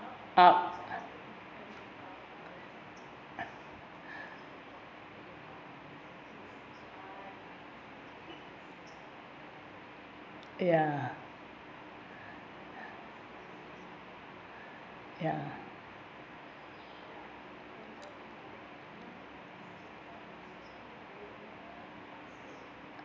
up ya ya